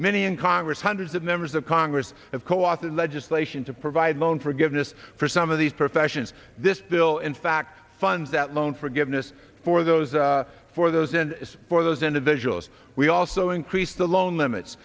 many in congress hundreds of members of congress of co authors legislation to provide loan forgiveness for some of these professions this bill in fact funds that loan forgiveness for those for those and for those individuals we also increase the loan limits